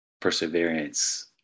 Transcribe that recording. perseverance